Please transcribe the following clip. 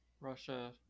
Russia